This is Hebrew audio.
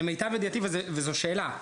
למיטב ידיעתי וזו שאלה,